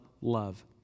love